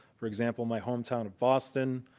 for example, my hometown of boston,